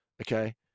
Okay